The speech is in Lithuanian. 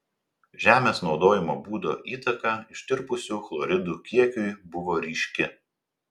žemės naudojimo būdo įtaka ištirpusių chloridų kiekiui buvo ryški